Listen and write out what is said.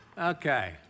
Okay